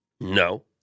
No